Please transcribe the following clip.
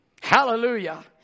Hallelujah